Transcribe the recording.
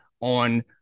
on